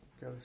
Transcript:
go